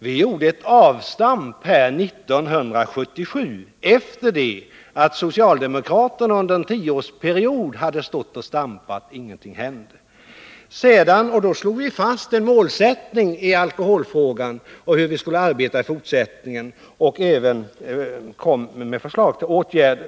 Vi gjorde ett avstamp 1977 efter det att socialdemokraterna under en tioårsperiod hade stått kvar på samma fläck utan att någonting hade hänt. Då lade vi fast ett program för hur vi skulle arbeta i alkoholfrågan och lade även fram förslag till åtgärder.